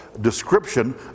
description